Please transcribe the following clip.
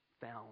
found